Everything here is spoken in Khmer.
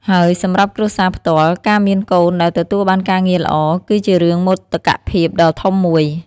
ហើយសម្រាប់គ្រួសារផ្ទាល់ ការមានកូនដែលទទួលបានការងារល្អ គឺជារឿងមោទកភាពដ៏ធំមួយ។